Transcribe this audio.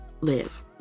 live